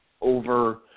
over